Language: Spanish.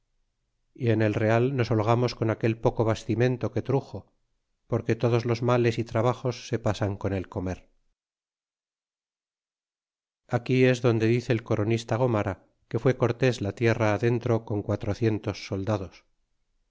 y en el real nos holgamos con aquel poco bastimento que truxo porque todos los males y trabajos se pasan con el comer aquí es donde dice el coronista gomara que fué cortes la tierra adentro con quatrocientos soldados